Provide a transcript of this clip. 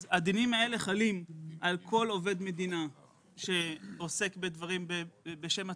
אז הדינים האלה חלים על כל עובד מדינה שעוסק בדברים בשם הציבור.